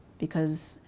because,